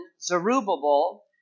Zerubbabel